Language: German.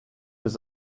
bis